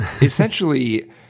Essentially